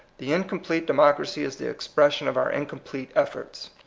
the incomplete democ racy is the expression of our incomplete efforts.